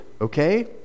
Okay